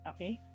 Okay